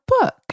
book